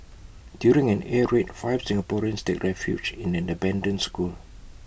during an air raid five Singaporeans take refuge in an abandoned school